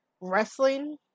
wrestling